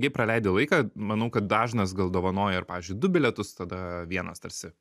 jei praleidi laiką manau kad dažnas gal dovanoja ir pavyzdžiui du bilietus tada vienas tarsi